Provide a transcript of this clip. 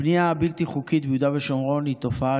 הבנייה הבלתי-חוקית ביהודה ושומרון היא תופעה